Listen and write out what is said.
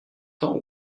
temps